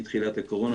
מתחילת הקורונה,